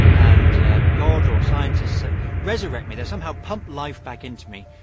and god or scientists ah resurrect me. they somehow pump life back into me.